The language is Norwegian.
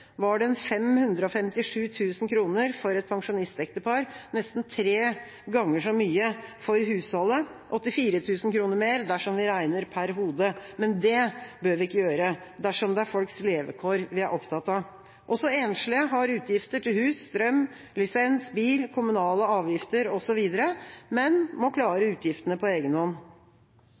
var den 557 000 kr for et pensjonistektepar, nesten tre ganger så mye for husholdet, og 84 000 kr mer dersom vi regner per hode – men det bør vi ikke gjøre dersom det er folks levekår vi er opptatt av. Også enslige har utgifter til hus, strøm, lisens, bil, kommunale avgifter osv., men må